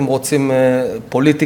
אם רוצים פוליטיקה,